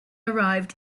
arrived